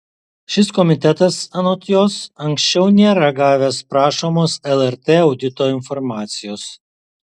šis komitetas anot jos anksčiau nėra gavęs prašomos lrt audito informacijos